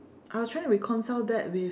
I was trying to reconcile that with